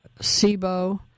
SIBO